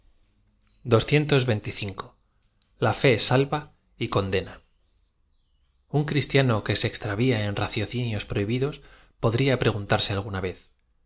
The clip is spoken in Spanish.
haya pasado esto a io lva y condena un cristiano que se extravía en ratíocinios prohi bidos podría preguntarse alguna vez